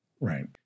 Right